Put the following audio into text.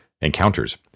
Encounters